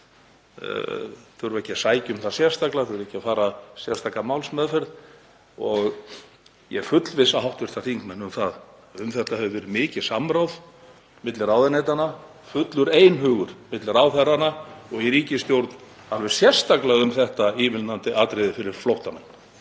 þurfa ekki að sækja um það sérstaklega og þurfa ekki að fara í sérstaka málsmeðferð. Ég fullvissa hv. þingmenn um að um þetta hefur verið mikið samráð milli ráðuneytanna, fullur einhugur milli ráðherranna og í ríkisstjórn, alveg sérstaklega um þetta ívilnandi atriði fyrir flóttamenn.